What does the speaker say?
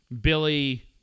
Billy